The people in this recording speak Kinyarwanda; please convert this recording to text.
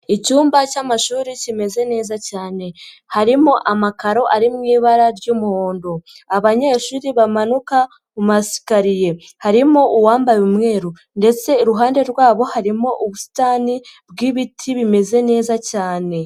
Icyumba cy'amashuri kimeze neza cyane harimo amakaro ari mu ibara ry'umuhondo, abanyeshuri bamanuka mu masikariye harimo uwambaye umweru ndetse iruhande rwabo harimo ubusitani bw'ibiti bimeze neza cyane.